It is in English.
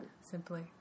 simply